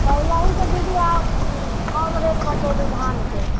पहिलेही सँ दीदी अहाँकेँ कम रेट बतेलहुँ धानके